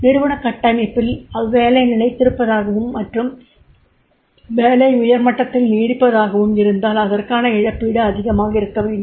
நிறுவன கட்டமைப்பில் அவ்வேலை நிலைத்திருப்பதாகவும் மற்றும் வேலை உயர் மட்டத்தில் நீடிப்பதாகவும் இருந்தால் அதற்கான இழப்பீடு அதிகமாக இருக்க வேண்டும்